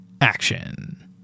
Action